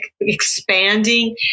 expanding